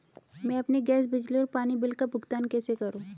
मैं अपने गैस, बिजली और पानी बिल का भुगतान कैसे करूँ?